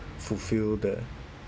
fulfill the